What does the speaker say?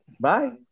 Bye